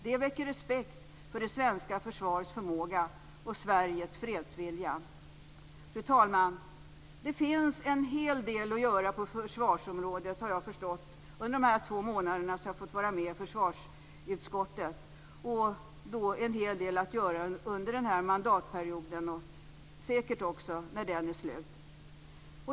Det väcker respekt för det svenska försvarets förmåga och Sveriges fredsvilja. Fru talman! Det finns en hel del att göra på försvarsområdet. Det har jag förstått under de två månader som jag har fått vara med i försvarsutskottet. Och det finns en hel del att göra under denna mandatperiod och säkert också när den är slut.